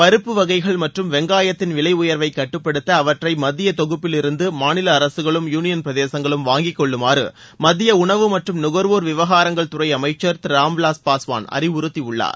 பருப்பு வகைகள் மற்றும் வெங்காயத்தின் விலை உயர்வை கட்டுப்படுத்த அவற்றை மத்திய தொகுப்பிலிருந்து மாநில அரசுகளும் யூளியன் பிரதேசங்களும் வாங்கி கொள்ளுமாறு மத்திய உணவு மற்றும் நுகர்வோர் விவகாரங்கள் துறை அமைச்சர் திரு ராம்விலாஸ் பாஸ்வான் அறிவுறுத்தியுள்ளார்